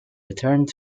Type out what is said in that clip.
returned